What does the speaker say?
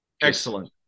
Excellent